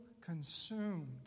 consumed